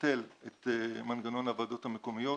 לבטל את מנגנון הוועדות המקומיות,